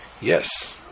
Yes